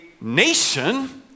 nation